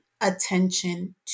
attention